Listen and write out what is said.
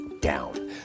down